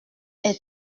est